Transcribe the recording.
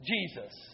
Jesus